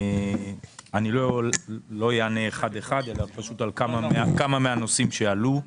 אני לא אענה אחד-אחד, אלא על כמה מהנושאים שעלו.